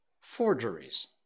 forgeries